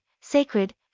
Sacred